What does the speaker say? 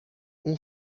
اون